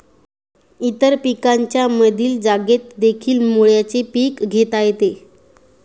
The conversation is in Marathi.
इतर पिकांच्या मधील जागेतदेखील मुळ्याचे पीक घेता येते